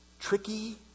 Tricky